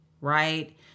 right